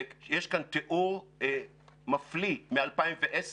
ויש כאן תיאור מפליא מ-2010,